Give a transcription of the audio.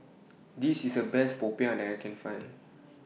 This IS The Best Popiah that I Can Find